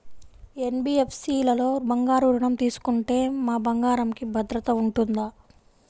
NBFC లలో బంగారు ఋణం తీసుకుంటే మా బంగారంకి భద్రత ఉంటుందా?